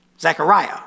Zechariah